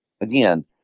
again